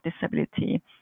disability